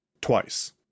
Twice